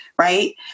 right